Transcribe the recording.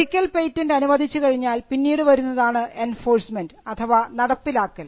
ഒരിക്കൽ പേറ്റന്റ് അനുവദിച്ചു കഴിഞ്ഞാൽ പിന്നീട് വരുന്നതാണ് എൻഫോഴ്സ്മെന്റ് അഥവാ നടപ്പിലാക്കൽ